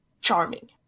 charming